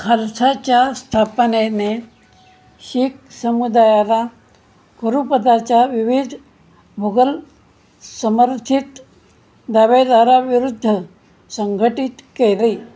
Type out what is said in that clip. खालसाच्या स्थापनेने शिख समुदायाला गुरुपदाच्या विविध मोंघल समर्थित दावेदाराविरुद्ध संघटित केले